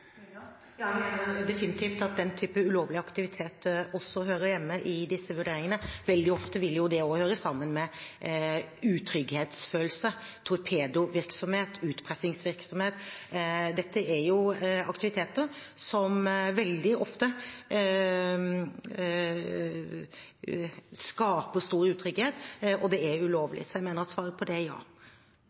Ja, jeg mener definitivt at den typen ulovlig aktivitet også hører hjemme i disse vurderingene. Veldig ofte vil det også høre sammen med utrygghetsfølelse – torpedovirksomhet og utpressingsvirksomhet. Dette er aktiviteter som veldig ofte skaper stor utrygghet, og det er ulovlig. Så jeg mener at svaret på det er ja.